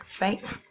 right